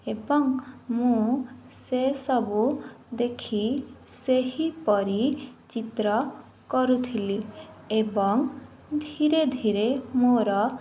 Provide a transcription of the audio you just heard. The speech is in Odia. ଏବଂ ମୁଁ ସେ ସବୁ ଦେଖି ସେହିପରି ଚିତ୍ର କରୁଥିଲି ଏବଂ ଧୀରେ ଧୀରେ ମୋର